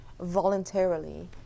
voluntarily